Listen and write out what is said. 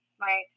Right